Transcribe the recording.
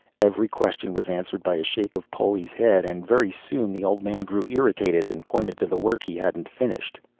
every question was answered by a shake of poli's head, and very soon the old man grew irritated and pointed to the work he hadn't finished.